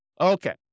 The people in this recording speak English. Okay